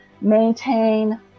maintain